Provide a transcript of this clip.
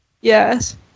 Yes